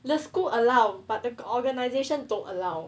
the school allow but the organisation don't allow